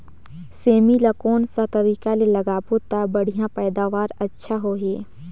सेमी ला कोन सा तरीका ले लगाबो ता बढ़िया पैदावार अच्छा होही?